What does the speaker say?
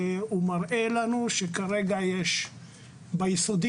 הוא מראה לנו שכרגע יש בבתי הספר היסודיים